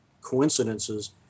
coincidences